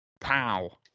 Pow